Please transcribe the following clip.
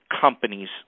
companies